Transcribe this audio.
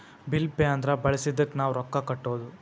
bill pay ಅಂದ್ರ ಬಳಸಿದ್ದಕ್ಕ್ ನಾವ್ ರೊಕ್ಕಾ ಕಟ್ಟೋದು